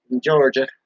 Georgia